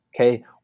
okay